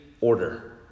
order